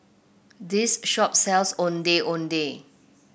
this shop sells Ondeh Ondeh